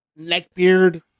neckbeard